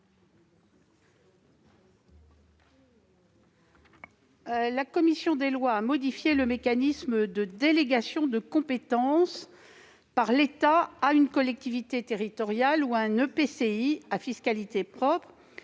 La commission des lois a modifié le mécanisme de délégation de compétence par l'État à une collectivité territoriale ou à un EPCI à fiscalité propre,